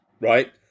right